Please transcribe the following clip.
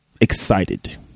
Excited